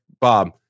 Bob